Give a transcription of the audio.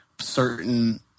certain